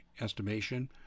estimation